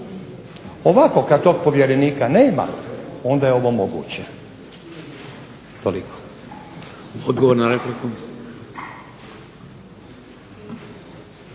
Ovako, kad tog povjerenika nema onda je ovo moguće. Toliko. **Šeks,